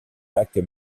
lac